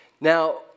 Now